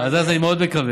עד אז אני מאוד מקווה